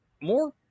more